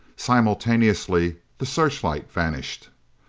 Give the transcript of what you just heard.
simultaneously the searchlight vanished.